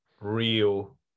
real